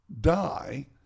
die